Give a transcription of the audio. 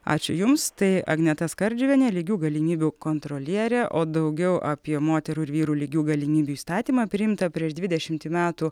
ačiū jums tai agneta skardžiuvienė lygių galimybių kontrolierė o daugiau apie moterų ir vyrų lygių galimybių įstatymą priimtą prieš dvidešimtį metų